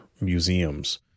museums